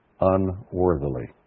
unworthily